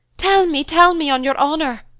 tell me, tell me, on your honor!